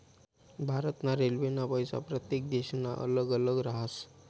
भारत ना रेल्वेना पैसा प्रत्येक देशना अल्लग अल्लग राहस